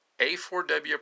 A4W